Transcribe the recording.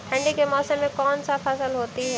ठंडी के मौसम में कौन सा फसल होती है?